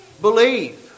believe